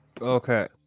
Okay